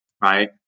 right